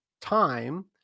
time